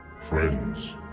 Friends